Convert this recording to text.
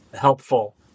helpful